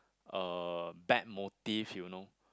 uh bad motive you know